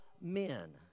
men